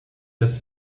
dass